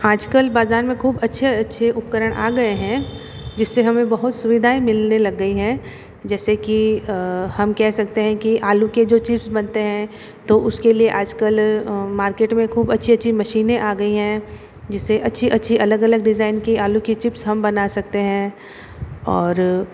आजकल बाज़ार में खूब अच्छे अच्छे उपकरण आ गए हैं जिससे हमें बहुत सुविधाएँ मिलने लग गईं हैं जैसे कि हम कह सकते हैं कि आलू के जो चिप्स बनते हैं तो उसके लिये आजकल मार्केट में खूब अच्छी अच्छी मशीनें आ गई हैं जिससे अच्छी अच्छी अलग अलग डिज़ाइन के आलू की चिप्स हम बना सकते हैं और